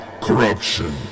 corruption